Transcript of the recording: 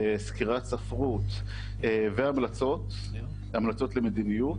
סקירת ספרות והמלצות למדיניות.